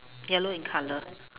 yellow in colour